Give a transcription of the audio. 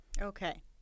Okay